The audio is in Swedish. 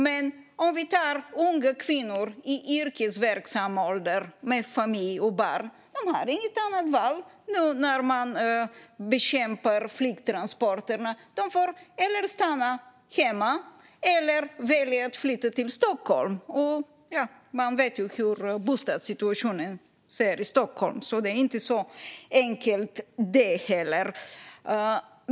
Men låt oss ta unga kvinnor i yrkesverksam ålder med familj och barn som exempel. De har inget annat val nu när man bekämpar flygtransporterna. De får antingen stanna hemma eller välja att flytta till Stockholm. Och vi vet ju hur bostadssituationen ser ut i Stockholm, så det är inte så enkelt, det heller.